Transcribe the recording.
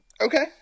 Okay